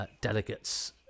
delegates